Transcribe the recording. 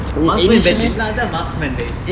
marksman badge இல்லாத:ilaathe marksman டே:de